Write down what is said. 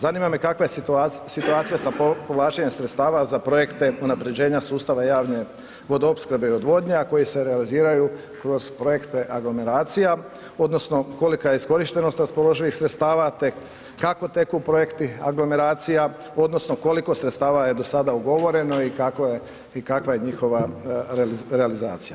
Zanima me kakva je situacija sa povlačenjem sredstava za projekte unaprjeđenja sustava javne vodoopskrbe i odvodnje, a koji se realiziraju kroz projekte aglomeracija odnosno kolika je iskorištenost raspoloživih sredstava te kako teku projekti aglomeracija, odnosno koliko sredstava je do sada ugovoreno i kakva je njihova realizacija.